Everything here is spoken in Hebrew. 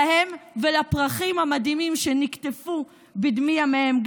להם ולפרחים המדהימים שנקטפו בדמי ימיהם.